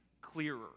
clearer